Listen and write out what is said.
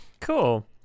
Cool